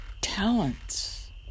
talents